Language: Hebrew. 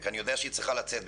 אני יודע שהיא צריכה לצאת,